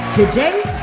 today,